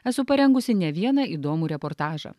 esu parengusi ne vieną įdomų reportažą